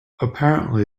apparently